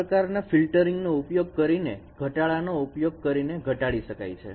આ પ્રકારના ફિલ્ટરિંગનો ઉપયોગ કરીને ઘટાડાનો ઉપયોગ કરીને ઘટાડી શકાય છે